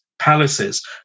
Palaces